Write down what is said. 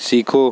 सीखो